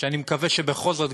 שאני מקווה שבכל זאת,